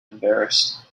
embarrassed